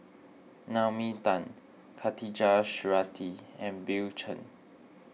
Naomi Tan Khatijah Surattee and Bill Chen